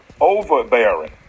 overbearing